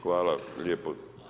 Hvala lijepo.